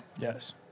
yes